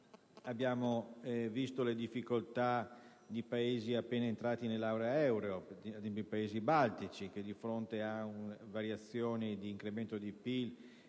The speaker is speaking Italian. abbiamo visto le difficoltà di Paesi appena entrati nell'area euro come quelli baltici, che, di fronte a variazioni di incremento di PIL